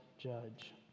judge